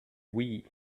wii